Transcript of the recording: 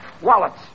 Wallets